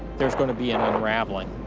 there's going to be an unraveling.